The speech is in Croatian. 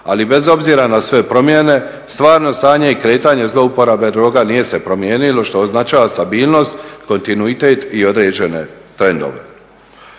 ali bez obzira na sve promjene, stvarno stanje i kretanje zlouporabe droga nije se promijenilo što označava stabilnost, kontinuitet i određene trendove.